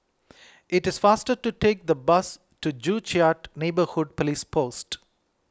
it is faster to take the bus to Joo Chiat Neighbourhood Police Post